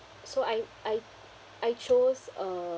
so I I I chose um